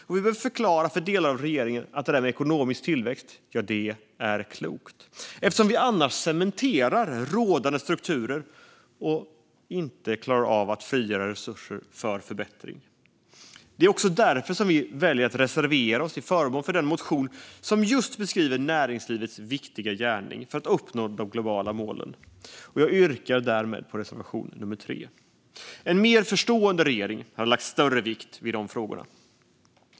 Vi behöver också förklara för delar av regeringen att det där med ekonomisk tillväxt är klokt eftersom vi annars cementerar rådande strukturer och inte klarar av att frigöra resurser för förbättring. Det är också därför som vi väljer att reservera oss till förmån för den motion som just beskriver näringslivets viktiga gärning för att uppnå de globala målen. Jag yrkar därmed bifall till reservation 3. En mer förstående regering hade lagt större vikt vid de frågorna.